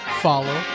follow